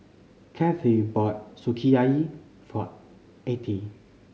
Cathey bought Sukiyaki for Attie